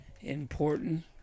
important